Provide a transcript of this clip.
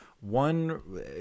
one –